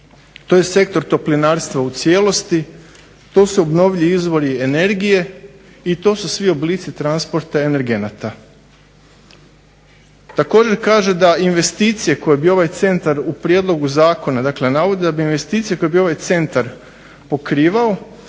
To je sektor toplinarstva u cijelosti. To su obnovljivi izvori energije i to su svi oblici transporta energenata. Također kaže da investicije koje bi ovaj centar u prijedlogu zakona, dakle navodi da bi investicije koje bi ovaj centar pokrivao